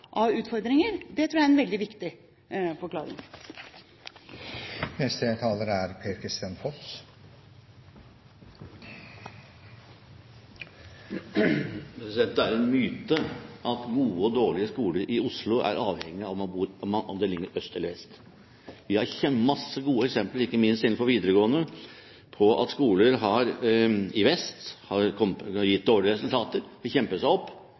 av utfordringer, tror jeg er en veldig viktig forklaring. Det er en myte at gode og dårlige skoler i Oslo er avhengig av om de ligger øst eller vest. Vi har masse gode eksempler, ikke minst innenfor videregående, på at skoler i vest har fått dårlige resultater, men kjempet seg opp,